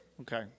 Okay